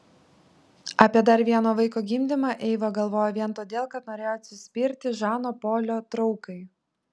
apie dar vieno vaiko gimdymą eiva galvojo vien todėl kad norėjo atsispirti žano polio traukai